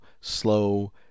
slow